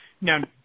Now